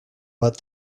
but